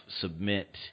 submit